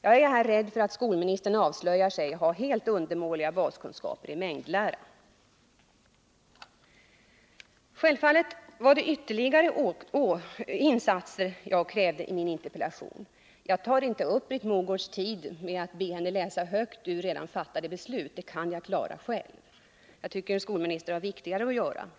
Jag är rädd för att skolministern avslöjar sig ha helt undermåliga baskunskaper i mängdlära. Självfallet var det ytterligare insatser som jag krävde i min interpellation. Jag tar inte upp Britt Mogårds tid med att be henne läsa högt ur redan fattade beslut. Det kan jag klara själv. Jag tycker att skolministern har viktigare ting att syssla med.